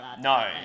no